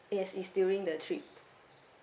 yes is during the trip